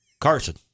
Carson